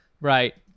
Right